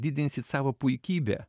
didinsit savo puikybę